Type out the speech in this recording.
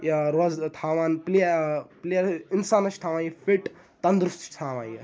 یہِ روزٕ تھاوان پٕلے پٕلیر اِنسانَس چھِ تھاوان یہِ فِٹ تنٛدرُست چھِ تھاوان یہِ